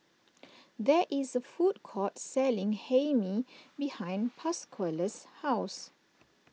there is a food court selling Hae Mee behind Pasquale's house